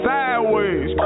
Sideways